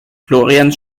florian